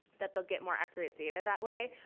that they'll get more accurate data that way,